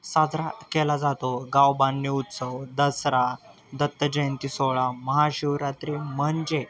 साजरा केला जातो गाव बांधणी उत्सव दसरा दत्त जयंती सोळा महाशिवरात्री म्हणजे